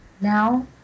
Now